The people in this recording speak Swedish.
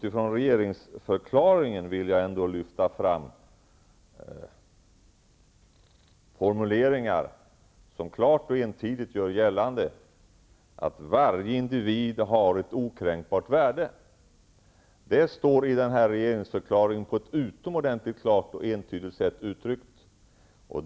I regeringsförklaringen vill jag lyfta fram formuleringar som klart och entydigt gör gällande att varje individ har ett okränkbart värde. Det finns uttryckt i regeringsförklaringen på ett utomordentligt klart och entydigt sätt.